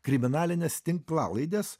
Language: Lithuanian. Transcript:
kriminalinės tinklalaidės